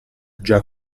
già